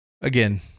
again